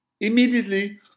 Immediately